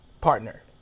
partner